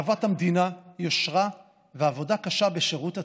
אהבת המדינה, יושרה ועבודה קשה בשירות הציבור,